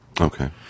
Okay